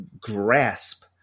grasp